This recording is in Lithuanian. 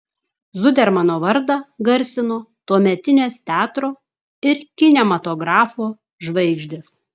zudermano vardą garsino tuometinės teatro ir kinematografo žvaigždės